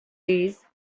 days